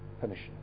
permission